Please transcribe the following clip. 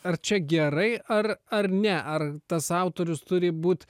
ar čia gerai ar ar ne ar tas autorius turi būt